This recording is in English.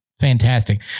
Fantastic